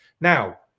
Now